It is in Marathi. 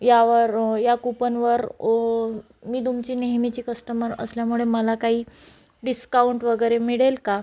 यावर या कुपनवर मी तुमची नेहमीची कस्टमर असल्यामुळे मला काही डिस्काउंट वगैरे मिळेल का